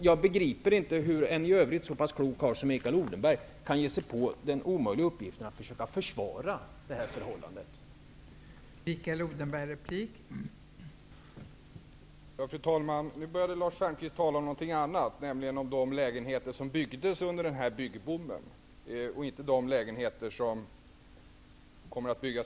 Jag begriper inte hur en i övrigt så pass klok karl som Mikael Odenberg kan ge sig på den omöjliga upp giften att försöka försvara förhållandet.